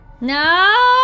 No